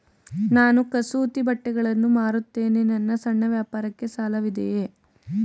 ನಾನು ಕಸೂತಿ ಬಟ್ಟೆಗಳನ್ನು ಮಾರುತ್ತೇನೆ ನನ್ನ ಸಣ್ಣ ವ್ಯಾಪಾರಕ್ಕೆ ಸಾಲವಿದೆಯೇ?